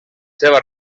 seva